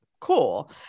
cool